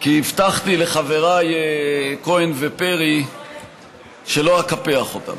כי הבטחתי לחברי כהן ופרי שלא אקפח אותם.